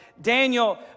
Daniel